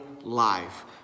life